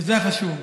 וזה החשוב,